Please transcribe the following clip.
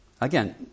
Again